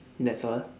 that's all